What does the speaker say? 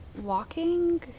walking